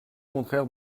contraire